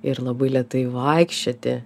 ir labai lėtai vaikščioti